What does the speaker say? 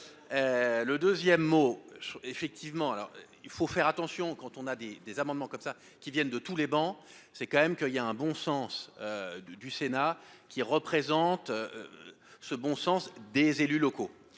le 2ème mot effectivement alors, il faut faire attention quand on a des des amendements comme ça qui viennent de tous les bancs, c'est quand même qu'il y a un bon sens du Sénat qui représente ce bon sens des élus locaux